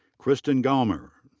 kristen gaumer.